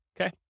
Okay